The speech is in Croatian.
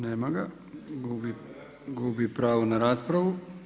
Nema ga, gubi pravo na raspravu.